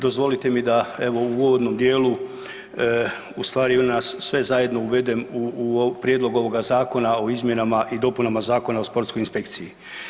Dozvolite mi da evo, u uvodnom dijelu u stvari nas sve zajedno uvedem u Prijedlog ovoga Zakona o izmjenama i dopunama Zakona o sportskoj inspekciji.